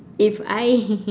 if I